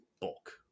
bulk